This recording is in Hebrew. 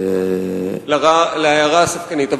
להערה הספקנית.